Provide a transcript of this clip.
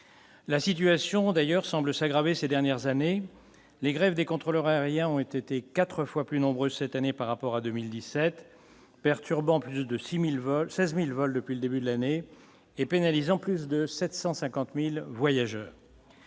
d'ailleurs semble s'aggraver ces dernières années, les grèves des contrôleurs aériens ont été 4 fois plus nombreux cette année par rapport à 2017 perturbant, plus de 6000 vols 16000 vols depuis le début de l'année et pénalisant, plus de 750000 voyageurs.